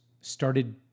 started